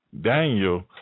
daniel